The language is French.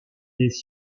des